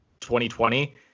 2020